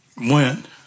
went